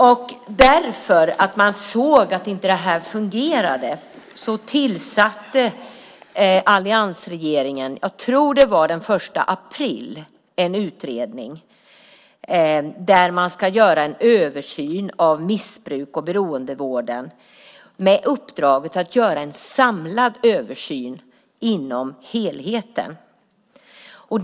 På grund av att man såg att det här inte fungerade tillsatte alliansregeringen - jag tror att det var den 1 april - en utredning där man ska göra en översyn av missbruks och beroendevården med uppdraget att göra en samlad översyn inom helheten.